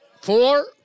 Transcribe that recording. four